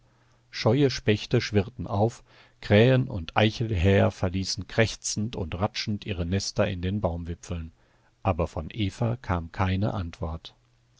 scheue spechte schwirrten auf krähen und eichelhäher verließen krächzend und ratschend ihre nester in den baumwipfeln aber von eva kam keine antwort